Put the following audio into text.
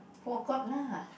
four o-clock lah